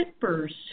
first